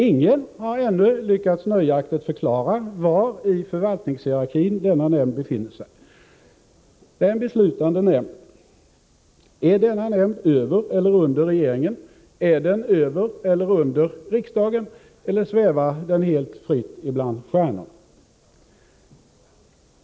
Ingen har ännu lyckats nöjaktigt förklara var i förvaltningshierarkin denna nämnd befinner sig. Det är en beslutande nämnd. Är den över eller under regeringen? Är den över eller under riksdagen? Eller svävar den helt fritt bland stjärnorna?